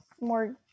more